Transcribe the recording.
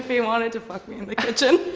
he wanted to fuck me in the kitchen